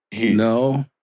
No